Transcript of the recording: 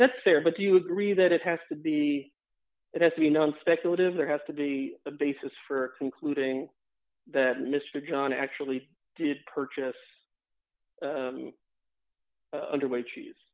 that's there but do you agree that it has to be it has to be known speculative there has to be a basis for concluding that mr john actually did purchase underway cheese